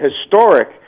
historic